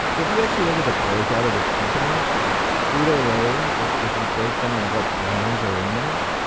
so if you actually look at the break out of this company, yeah frito lay, if if you break down what brands are in that,